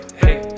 hey